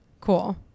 Cool